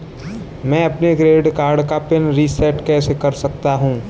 मैं अपने credit card का पिन रिसेट कैसे कर सकता हूँ?